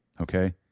okay